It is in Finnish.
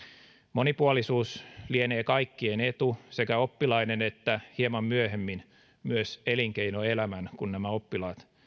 monipuolisuus lienee kaikkien etu sekä oppilaiden että hieman myöhemmin myös elinkeinoelämän kun nämä oppilaat